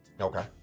Okay